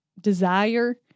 desire